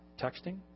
texting